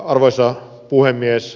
arvoisa puhemies